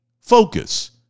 focus